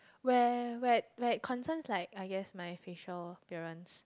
where where like concerns like I guess my facial appearance